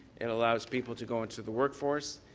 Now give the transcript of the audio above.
it allows people to go into the workforce,